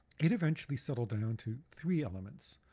it eventually settled down to three elements